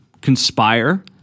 conspire